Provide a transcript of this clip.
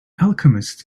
alchemist